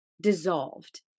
dissolved